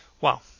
Wow